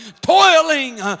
toiling